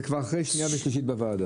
זה אחרי שנייה ושלישית בוועדה.